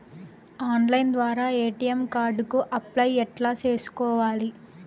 Online ద్వారా ATM card కు apply ఎట్లా సేసుకోవాలి?